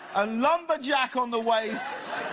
a lumberjack on the waist,